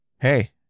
Hey